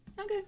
Okay